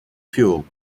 fuel